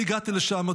אני הגעתי לשם,